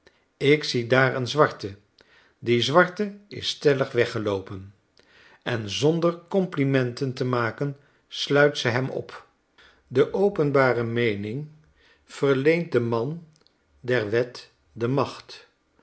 ik zie daar een zwarte die zwarte is stellig weggeloopen en zonder complimenten te maken sluit ze hem op de openbare meening verleent den man der wet de macht